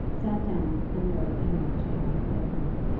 sat down and wrote a note to harry clavering.